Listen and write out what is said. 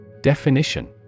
Definition